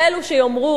יש כאלה שיאמרו: